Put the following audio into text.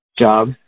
job